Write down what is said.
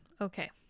okay